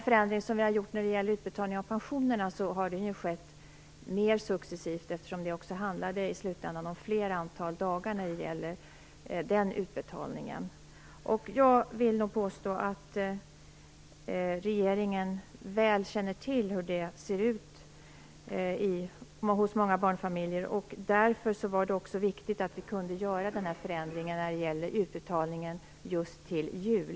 Förändringen i utbetalningarna av pensionerna har skett mer successivt, eftersom den i slutändan handlade om fler dagar. Jag vill nog påstå att regeringen väl känner till hur det ser ut hos många barnfamiljer. Därför var det också viktigt att förändringen i utbetalningen kunde göras just till jul.